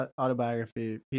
autobiography